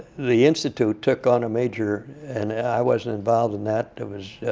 the institute took on a major and i wasn't involved in that. it was